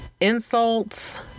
insults